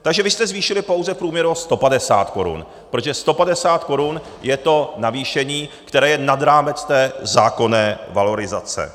Takže vy jste zvýšili pouze v průměru o 150 korun, protože 150 korun je to navýšení, které je nad rámec té zákonné valorizace.